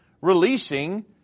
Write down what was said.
releasing